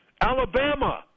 Alabama